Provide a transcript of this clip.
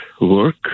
work